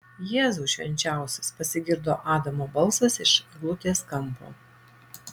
jėzau švenčiausias pasigirdo adamo balsas iš eglutės kampo